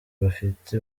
bafite